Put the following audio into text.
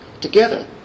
together